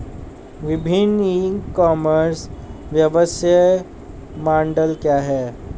विभिन्न e commerce व्यवसाय model क्या हैं?